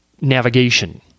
navigation